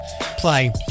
play